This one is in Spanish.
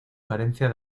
carencia